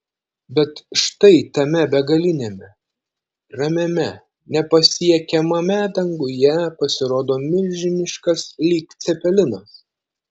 bet štai tame begaliniame ramiame nepasiekiamame danguje pasirodo milžiniškas lyg cepelinas